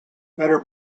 better